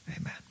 Amen